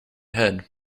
head